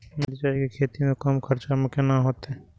मिरचाय के खेती करे में कम खर्चा में केना होते?